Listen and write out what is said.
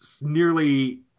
nearly